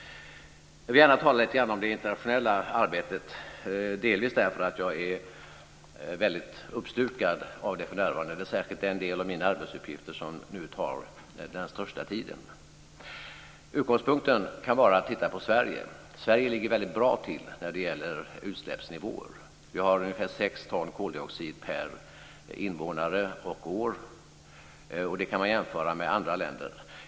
Jag vill gärna tala lite grann om det internationella arbetet, delvis därför att jag är väldigt uppslukad av det för närvarande. Det är särskilt den delen av mina arbetsuppgifter som nu tar den största tiden. Utgångspunkten kan vara att titta på Sverige. Sverige ligger väldigt bra till när det gäller utsläppsnivåer. Vi har ungefär 6 ton koldioxid per invånare och år. Det kan man jämföra med andra länder.